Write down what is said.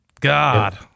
god